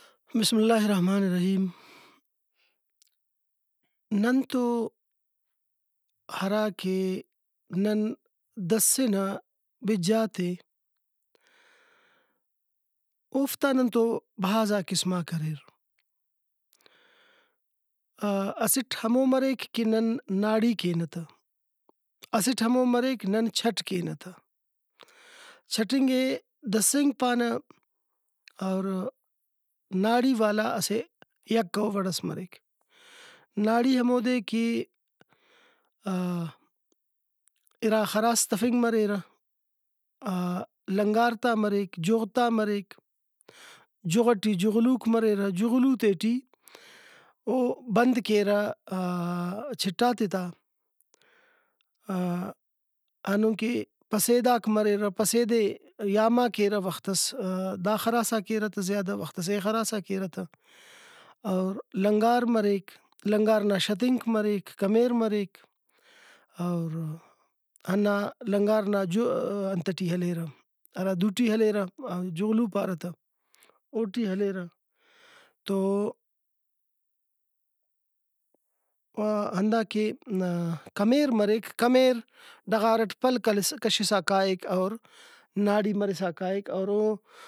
بسم اللہ الرحمن الرحیم ننتو ہراکہ نن دسنہ بِجاتے اوفتا ننتو بھازا قسماک اریر اسٹ ہمو مریک کہ نن ناڑی کینہ تہ اسٹ ہمو مریک نن چھٹ کینہ تہ چھٹنگ ئے دسنگ پانہ اور ناڑی والا اسہ یکہ او وڑس مریک ناڑی ہمودے کہ اِرا خراس تفنگ مریرہ لنگار تا مریک جُغ تا مریک جُغ ٹی جُغلوک مریرہ جُغلو تے ٹی او بند کیرہ چِٹاتے تا ہندن کہ پسیداک مریرہ پسیدے یاما کیرہ وختس دا خراسا کیرہ تہ زیادہ وختس اے خراسا کیرہ تہ اور لنگار مریک لنگار نا شتنک مریک کمیر مریک اور ہندا لنگار انت ٹی ہلیرہ ہرا دُوٹی ہلیرہ جُغلو پارہ تہ اوٹی ہلیرہ تو ہنداکہ کمیر مریک کمیر ڈغار اٹ پلک ہلسا کشسا کائک اور ناڑی مرسا کائک اور او